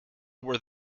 were